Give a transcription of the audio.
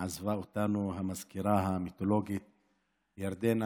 עזבה אותנו המזכירה המיתולוגית ירדנה,